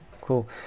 Cool